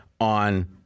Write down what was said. on